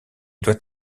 doit